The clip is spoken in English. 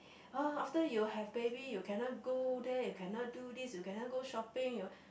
!ha! after you have baby you cannot go there you cannot do this you cannot go shopping you